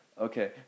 okay